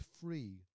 free